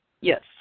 Yes